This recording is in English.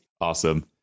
Awesome